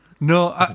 no